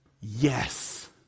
Yes